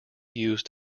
used